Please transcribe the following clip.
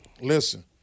Listen